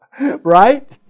Right